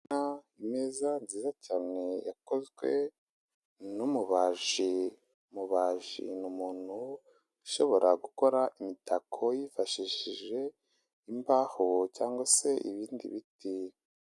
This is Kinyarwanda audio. Imeza nziza cyane yakozwe numubaji. Umubaji ni umuntu ushobora gukora imitako yifashishije imbaho cyangwa se ibindi biti.